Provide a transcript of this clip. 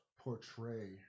portray